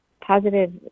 positive